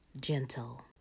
gentle